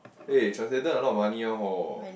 eh translator a lot of money loh hor